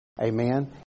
Amen